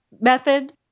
method